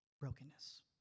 brokenness